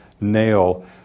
nail